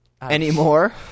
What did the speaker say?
Anymore